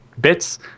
bits